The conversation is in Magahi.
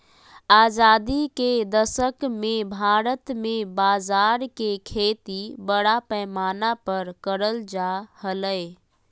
आजादी के दशक मे भारत मे बाजरा के खेती बड़ा पैमाना पर करल जा हलय